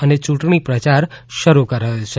અને યૂંટણી પ્રચાર શરૂ કરાયો છે